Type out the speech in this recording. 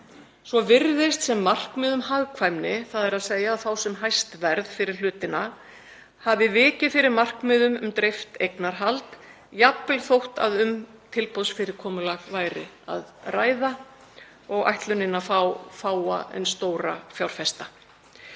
Svo virðist sem markmið um hagkvæmni, þ.e. að fá sem hæst verð fyrir hlutina, hafi vikið fyrir markmiðum um dreift eignarhald, jafnvel þótt um tilboðsfyrirkomulag væri að ræða og ætlunin að fá fáa en stóra fjárfesta.